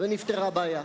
ונפתרה הבעיה.